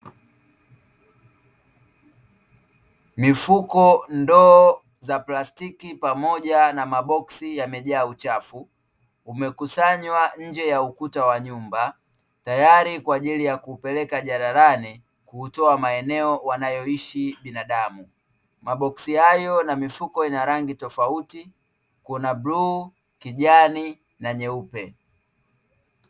Mifuko, ndoo za plastiki, pamoja na maboksi yamejaa uchafu, umekusanywa nje ya ukuta wa nyumba tayari kwaajili ya kupelekwa jalalani, kuutoa maeneo wanayoishi binadamu. Maboksi hayo na mifuko yana rangi tofauti, kuna bluu, kijani na nyeupe.